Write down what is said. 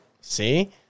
See